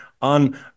on